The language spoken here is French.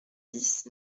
dix